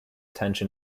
tension